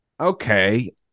Okay